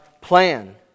plan